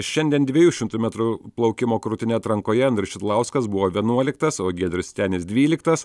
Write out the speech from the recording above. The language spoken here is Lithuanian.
šiandien dviejų šimtų metrų plaukimo krūtine atrankoje andrius šidlauskas buvo vienuoliktas o giedrius titenis dvyliktas